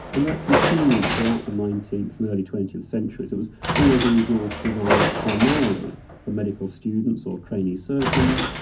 and that continued throughout the nineteenth and early twentieth centuries. it was always a resource designed primarily for medical students or trainee surgeons,